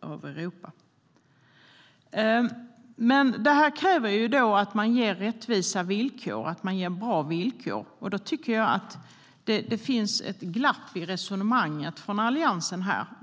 av Europa.Men detta kräver att man ger rättvisa villkor och att man ger bra villkor. Jag tycker att det finns ett glapp i resonemanget från Alliansen här.